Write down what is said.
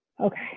Okay